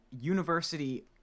university